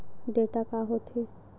Data का होथे?